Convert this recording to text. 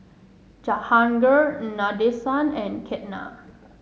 Jahangir Nadesan and Ketna